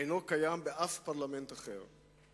אינם קיימים בשום פרלמנט אחר.